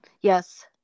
Yes